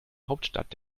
hauptstadt